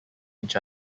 each